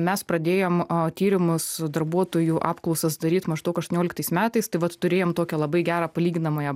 mes pradėjom tyrimus darbuotojų apklausas daryt maždaug aštuonioliktais metais tai vat turėjom tokią labai gerą palyginamąją